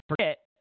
forget